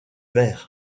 vert